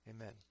Amen